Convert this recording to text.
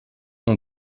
ont